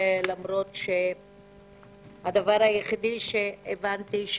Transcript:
למרות שהדבר היחיד שהבנתי,